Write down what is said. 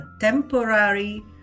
temporary